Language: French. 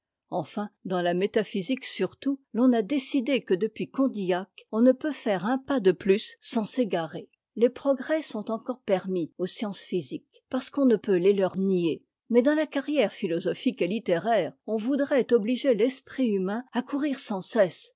enfin dans la métaphysique surtout l'on a décidé que depuis condillac on ne peut faire un pas de cette philosophie a reçu généralement en allemagne le nom de philosophie empirique plus sans s'égarer les progrès sont encore permis aux sciences physiques parce qu'on ne peut les leur nier mais dans la carrière philosophique et littéraire on voudrait obliger l'esprit humain à courir sans cesse